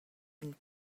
une